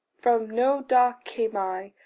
from no dark came i,